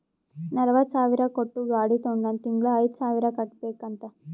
ನಲ್ವತ ಸಾವಿರ್ ಕೊಟ್ಟು ಗಾಡಿ ತೊಂಡಾನ ತಿಂಗಳಾ ಐಯ್ದು ಸಾವಿರ್ ಕಟ್ಬೇಕ್ ಅಂತ್